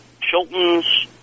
Chilton's